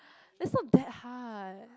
it's not that hard